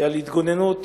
על התגוננות